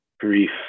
brief